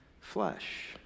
flesh